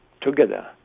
together